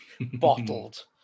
bottled